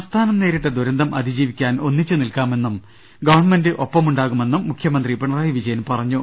സംസ്ഥാനം നേരിട്ട ദുരന്തം അതിജീവിക്കാൻ ഒന്നിച്ച് നിൽക്കാമെന്നും ഗവൺമെന്റ് ഒപ്പമുണ്ടാകുമെന്നും മുഖ്യമന്ത്രി പിണറായി വിജയൻ പറഞ്ഞു